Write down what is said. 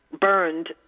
burned